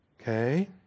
Okay